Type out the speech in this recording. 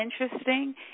interesting